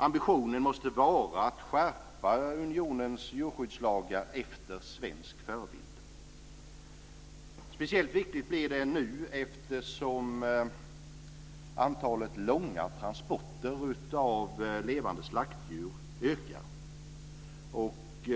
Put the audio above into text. Ambitionen måste vara att skärpa unionens djurskyddslagar efter svensk förebild. Speciellt viktigt blir det nu, eftersom antalet långa transporter av levande slaktdjur ökar.